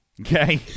Okay